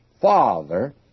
father